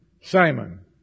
Simon